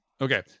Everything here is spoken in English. Okay